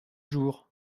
jour